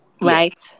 Right